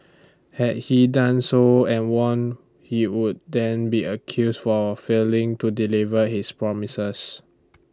had he done so and won he would then be accused for failing to deliver his promises